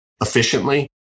efficiently